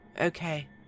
okay